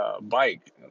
bike